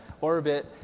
orbit